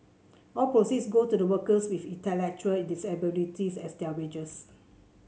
all proceeds go to the workers with intellectual disabilities as their wages